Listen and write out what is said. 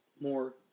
more